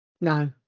No